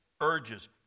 urges